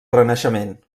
renaixement